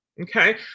Okay